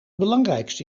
belangrijkste